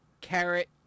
carrot